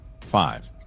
Five